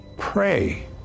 Pray